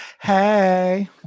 Hey